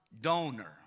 donor